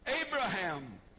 Abraham